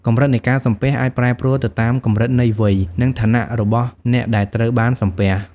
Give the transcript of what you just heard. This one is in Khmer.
កម្រិតនៃការសំពះ អាចប្រែប្រួលទៅតាមកម្រិតនៃវ័យ និងឋានៈរបស់អ្នកដែលត្រូវបានសំពះ។